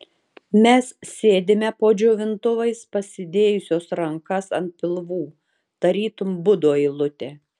mes sėdime po džiovintuvais pasidėjusios rankas ant pilvų tarytum budų eilutė